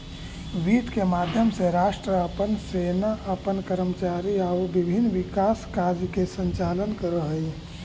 वित्त के माध्यम से राष्ट्र अपन सेना अपन कर्मचारी आउ विभिन्न विकास कार्य के संचालन करऽ हइ